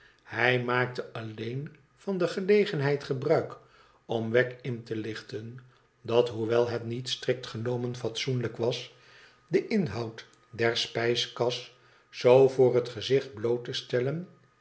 hij maakte alleen van de gelegenheid gebruik om wegg in te lichten dat hoewel het niet strikt genomen fatsoenlijk was den inhoud der spijskas zoo voor het gezicht bloot te stellen